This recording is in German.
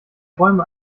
räume